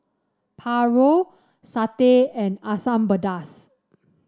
paru satay and Asam Pedas